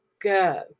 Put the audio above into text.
go